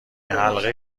حلقه